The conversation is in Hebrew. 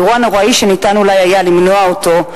אירוע נוראי שאולי ניתן היה למנוע אותו,